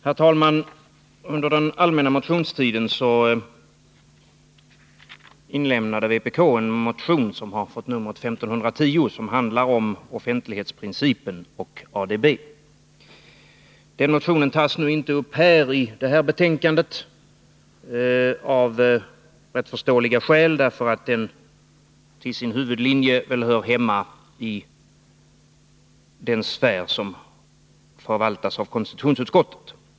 Herr talman! Under den allmänna motionstiden väckte vpk en motion, som har fått numret 1510, som handlar om offentlighetsprincipen och ADB. Den motionen tas, av rätt förståeliga skäl, inte upp i det betänkande vi nu behandlar — till sin huvudlinje hör den väl hemma i den sfär som förvaltas av konstitutionsutskottet.